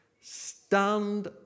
stand